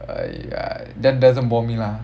!aiya! that doesn't bore me lah